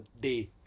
day